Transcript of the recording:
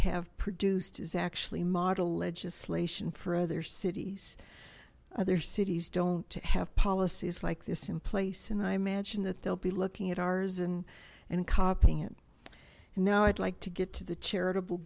have produced is actually model legislation for other cities other cities don't have policies like this in place and i imagine that they'll be looking at ours and and copying it and now i'd like to get to the charitable